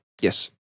Yes